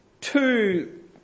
two